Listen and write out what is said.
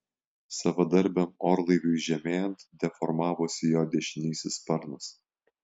savadarbiam orlaiviui žemėjant deformavosi jo dešinysis sparnas